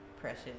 precious